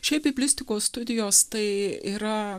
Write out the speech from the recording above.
šiaip biblistikos studijos tai yra